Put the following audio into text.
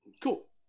Cool